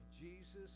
Jesus